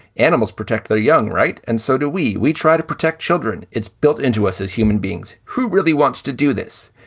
animals protect their young. right. and so do we. we try to protect children. it's built into us as human beings. who really wants to do this?